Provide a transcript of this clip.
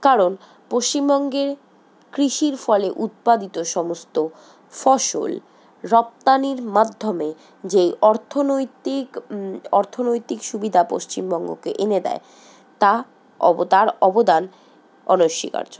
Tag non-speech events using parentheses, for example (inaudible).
কারণ পশ্চিমবঙ্গে কৃষির ফলে উৎপাদিত সমস্ত ফসল রপ্তানির মাধ্যমে যে অর্থনৈতিক অর্থনৈতিক সুবিধা পশ্চিমবঙ্গকে এনে দেয় তা (unintelligible) তার অবদান অনস্বীকার্য